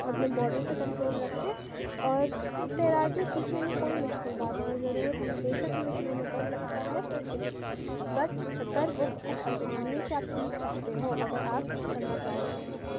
اپنے باڈی پہ کنٹرول رکھیں اور تیراکی سیکھنے میں کوئی مشکل بات نہیں ضرور ہمیں بے شک ہمیں شروع میں ڈر لگتا ہے پر اٹ بٹ پر وہ بہت آسانی سے آپ سیکھ سکتے ہو اگر آپ کرنا چاہو تو